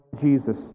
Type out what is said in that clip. Jesus